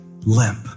limp